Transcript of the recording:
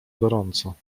gorąco